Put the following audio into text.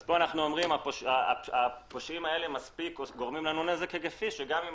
אז פה אנחנו אומרים שהפושעים האלה גורמים לנו נזק היקפי שגם אם